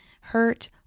hurt